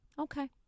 Okay